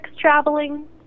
traveling